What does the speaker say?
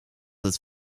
het